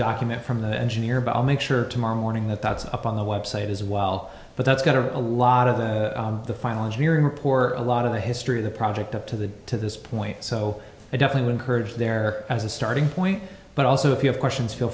document from the engineer but i'll make sure tomorrow morning that that's up on the website as well but that's going to a lot of the final engineering or poor a lot of the history of the project up to the to this point so i definitely encourage there as a starting point but also if you have questions feel